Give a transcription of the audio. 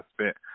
spent